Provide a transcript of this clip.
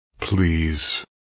please